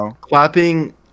clapping